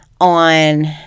on